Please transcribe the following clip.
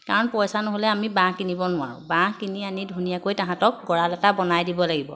কাৰণ পইচা নহ'লে আমি বাঁহ কিনিব নোৱাৰোঁ বাঁহ কিনি আনি ধুনীয়াকৈ তাহাঁতক গঁৰাল এটা বনাই দিব লাগিব